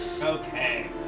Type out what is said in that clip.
Okay